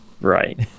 Right